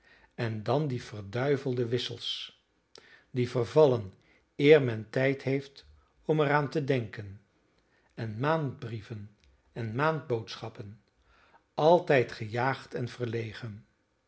en dan die verduivelde wissels die vervallen eer men tijd heeft om er aan te denken en maanbrieven en maanboodschappen altijd gejaagd en verlegen